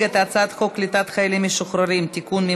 את הצעת חוק קליטת חיילים משוחררים (תיקון,